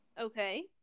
Okay